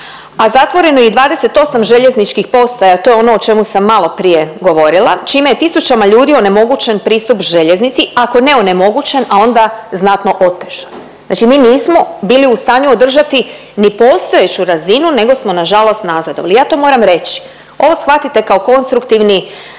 a zatvoreno je i 28 željezničkih postaja. To je ono o čemu sam maloprije govorila čime je tisućama ljudi onemogućen pristup željeznici, ako ne onemogućen a onda znatno otežan. Znači mi nismo bili u stanju održati ni postojeću razinu nego smo nažalost nazadovali. Ja to moram reći. Ovo shvatite kao konstruktivni,